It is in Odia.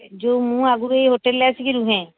ଯୋଉ ମୁଁ ଆଗରୁ ଏଇ ହୋଟେଲରେ ଆସିକି ରୁହେ